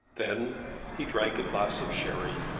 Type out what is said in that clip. then he drank a glass of sherry,